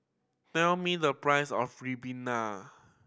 tell me the price of ribena